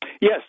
Yes